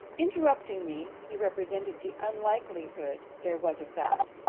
interrupting me, he represented the unlikelihood there was of that,